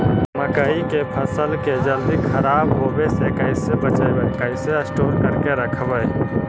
मकइ के फ़सल के जल्दी खराब होबे से कैसे बचइबै कैसे स्टोर करके रखबै?